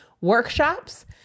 workshops